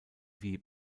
wie